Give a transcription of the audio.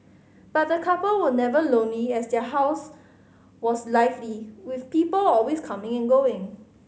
but the couple were never lonely as their house was lively with people always coming and going